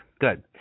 good